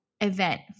event